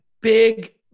Big